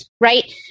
Right